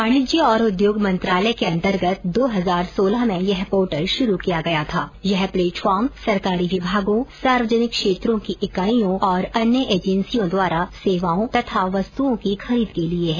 वाणिज्य और उद्योग मंत्रालय के अंतर्गत शुरू किया गया यह प्लेटफॉर्म सरकारी विभागों सार्वजनिक क्षेत्रों की इकाईयों और अन्य एजेंसियों द्वारा सेवाओं तथा वस्तुओं की खरीद के लिए है